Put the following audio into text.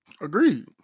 Agreed